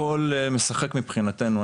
הכל משחק מבחינתנו.